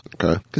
Okay